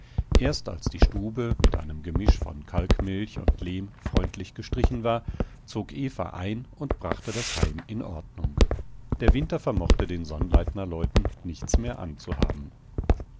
erst als die stube mit einem gemisch von kalkmilch und lehm freundlich gestrichen war zog eva ein und brachte das heim in ordnung der winter vermochte den sonnleitnerleuten nichts mehr anzuhaben